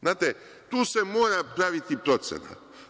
Znate, tu se mora praviti procena.